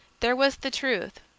there was the truth,